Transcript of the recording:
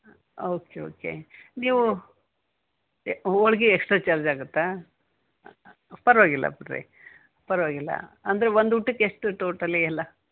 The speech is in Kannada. ಓಕೆ ಓಕೆ ನೀವು ಹೋಳಿಗೆ ಎಕ್ಸ್ಟ್ರಾ ಚಾರ್ಜ್ ಆಗುತ್ತಾ ಪರವಾಗಿಲ್ಲ ಪರ್ವಾ ಪರವಾಗಿಲ್ಲ ಅಂದರೆ ಒಂದು ಊಟಕ್ಕೆ ಎಷ್ಟು ಟೋಟಲಿ ಎಲ್ಲ